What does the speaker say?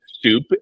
soup